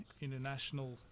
international